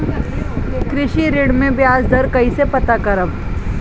कृषि ऋण में बयाज दर कइसे पता करब?